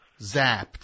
Zapped